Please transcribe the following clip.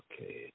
Okay